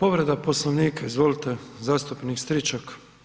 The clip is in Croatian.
Povreda Poslovnika, izvolite zastupnik Stričak.